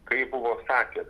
kaip buvo sakęs